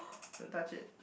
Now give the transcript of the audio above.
don't touch it